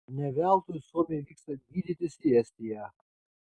ne veltui suomiai vyksta gydytis į estiją